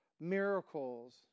miracles